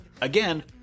again